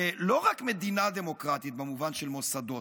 ולא רק מדינה דמוקרטית במובן של מוסדות,